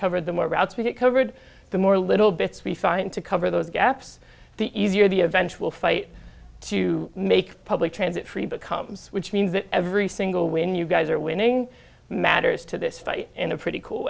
covered the more routes we get covered the more little bits we find to cover those gaps the easier the eventual fate to make public transit free becomes which means that every single when you guys are winning matters to this fight in a pretty cool